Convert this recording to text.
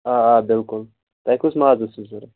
آ آ بِلکُل تۄہہِ کُس ماز اوسو ضوٚرَتھ